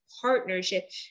partnership